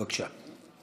בבקשה.